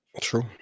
True